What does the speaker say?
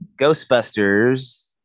ghostbusters